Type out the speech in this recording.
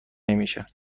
نمیشه